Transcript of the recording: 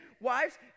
wives